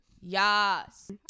yes